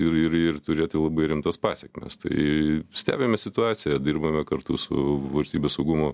ir ir ir turėti labai rimtas pasekmes tai stebime situaciją dirbame kartu su valstybės saugumo